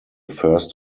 first